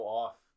off